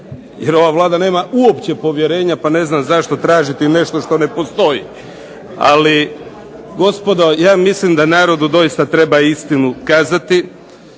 Jer ova Vlada nema uopće povjerenja pa ne znam zašto tražiti nešto što ne postoji. Ali, gospodo ja mislim da narodu doista treba istinu kazati